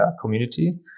community